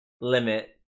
limit